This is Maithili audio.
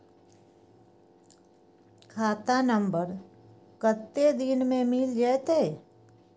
खाता नंबर कत्ते दिन मे मिल जेतै?